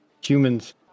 humans